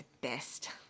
best